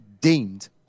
deemed